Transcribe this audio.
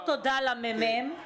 תודה גם למרכז המחקר והמידע של הכנסת,